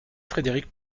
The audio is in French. frédéric